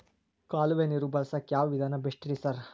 ಕಾಲುವೆ ನೀರು ಬಳಸಕ್ಕ್ ಯಾವ್ ವಿಧಾನ ಬೆಸ್ಟ್ ರಿ ಸರ್?